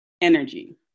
energy